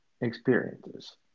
experiences